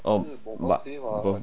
oh but